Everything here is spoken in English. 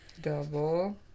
Double